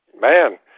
man